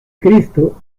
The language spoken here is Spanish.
cristo